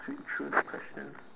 read through the questions